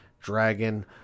dragon